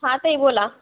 हा ताई बोला